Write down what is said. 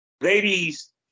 ladies